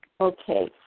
okay